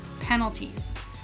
penalties